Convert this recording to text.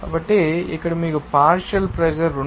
కాబట్టి ఇక్కడ మీకు పార్షియల్ ప్రెషర్ 2